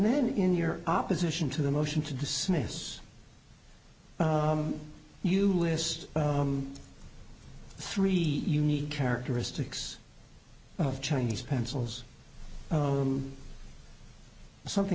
then in your opposition to the motion to dismiss you list three unique characteristics of chinese pencils something